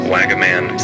Wagaman